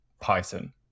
Python